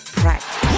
practice